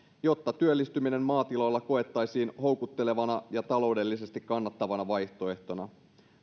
jotta työllistyminen maatilalla koettaisiin houkuttelevana ja taloudellisesti kannattavana vaihtoehtona